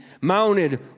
Mounted